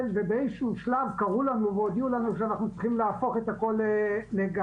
ובאיזה שהוא שלב קראו לנו ואמרו לנו שאנחנו צריכים להפוך את הכל לגז.